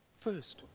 First